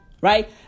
Right